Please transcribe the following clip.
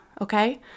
Okay